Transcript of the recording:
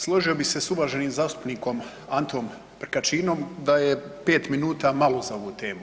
Složio bih se sa uvaženim zastupnikom Antom Prkačinom da je pet minuta malo za ovu temu.